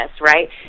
right